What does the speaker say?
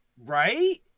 Right